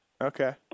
Okay